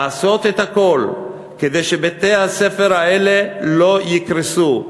לעשות את הכול כדי שבתי-הספר האלה לא יקרסו.